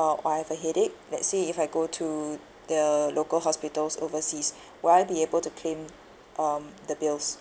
or I have a headache let's say if I go to the local hospitals overseas will I be able to claim um the bills